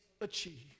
achieve